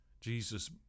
Jesus